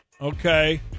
Okay